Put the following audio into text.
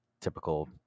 typical